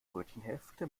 brötchenhälfte